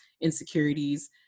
insecurities